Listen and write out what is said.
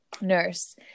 nurse